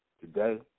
today